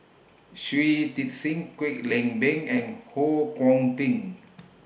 Shui Tit Sing Kwek Leng Beng and Ho Kwon Ping